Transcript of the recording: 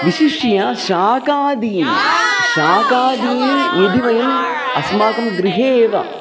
विशिष्य शाकादीनि शाकादीनि यदि वयम् अस्माकं गृहे एव